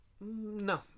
No